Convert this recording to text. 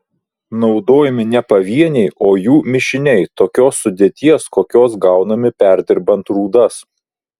naudojami ne pavieniai o jų mišiniai tokios sudėties kokios gaunami perdirbant rūdas